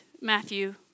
Matthew